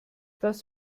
das